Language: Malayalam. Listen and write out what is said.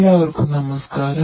എല്ലാവർക്കും നമസ്കാരം